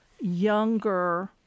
younger